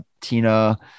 Tina